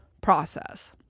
process